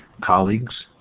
colleagues